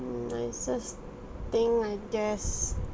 nicest thing I guess